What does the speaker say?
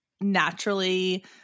naturally